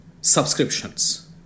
subscriptions